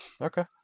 okay